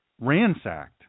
ransacked